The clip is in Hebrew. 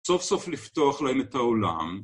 סוף סוף לפתוח להם את העולם.